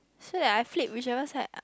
so that I flip whichever side